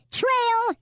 trail